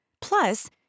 Plus